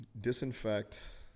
disinfect